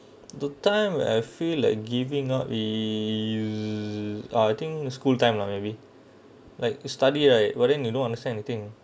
the time I feel like giving out is ah I think school time lah maybe like study like [what] then you no understand anything